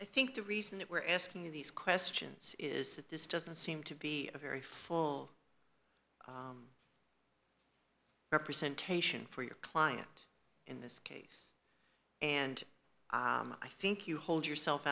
i think the reason that we're asking these questions is that this doesn't seem to be a very full representation for your client in this case and i think you hold yourself